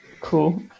Cool